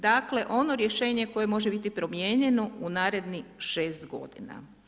Dakle, ono rješenje koje može biti promijenjeno u narednih 6 godina.